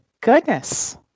goodness